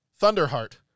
Thunderheart